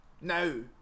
No